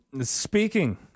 Speaking